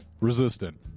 Resistant